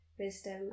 Wisdom